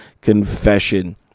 Confession